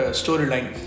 storyline